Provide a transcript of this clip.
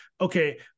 okay